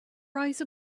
rise